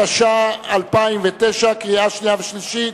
התש"ע 2009, קריאה שנייה וקריאה שלישית.